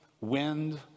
wind